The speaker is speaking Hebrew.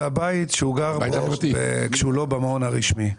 זה הבית שהוא גר בו כשהוא לא במעון הרשמי.